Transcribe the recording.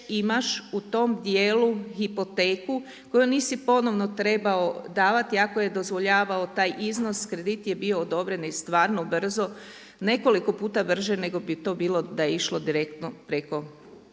imaš u tom djelu hipoteku koju nisi ponovno trebao davati, ako je dozvoljavao taj iznos, kredit je bio odobren i stvarno brzo, nekoliko puta brže nego bi to bilo da je išlo direktno preko